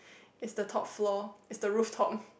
it's the top floor it's the roof top